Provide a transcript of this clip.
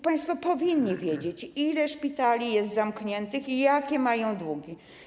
Państwo powinni wiedzieć, ile szpitali jest zamkniętych i jakie mają długi.